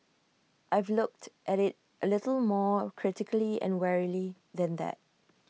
I've looked at IT A little more critically and warily than that